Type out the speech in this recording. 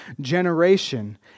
generation